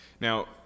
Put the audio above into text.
Now